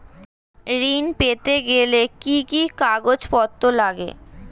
ঋণ পেতে গেলে কি কি কাগজপত্র লাগে?